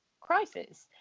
crisis